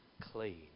clean